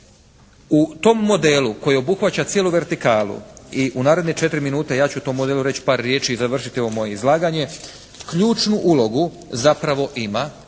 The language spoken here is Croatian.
U tom modelu koji obuhvaća cijelu vertikalu i u naredne 4 minute ja ću o tom modelu reći par riječi i završiti ovo moje izlaganje. Ključnu ulogu zapravo ima,